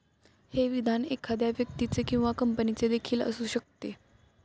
हे विधान एखाद्या व्यक्तीचे किंवा कंपनीचे देखील असू शकते